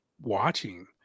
watching